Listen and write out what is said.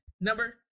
number